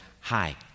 Hi